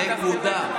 נקודה.